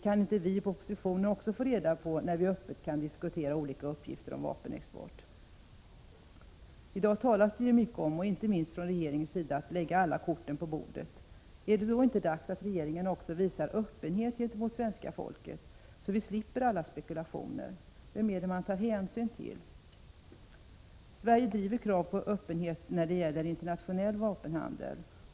Kan inte vi i oppositionen också få reda på när vi öppet kan diskutera olika uppgifter om vapenexport? I dag talas det mycket om — inte minst från regeringens sida — att lägga alla korten på bordet. Är det då inte dags att regeringen också visar öppenhet gentemot svenska folket, så att vi slipper all spekulation? Vem är det man tar hänsyn till? Sverige driver krav på öppenhet när det gäller internationell vapenhandel.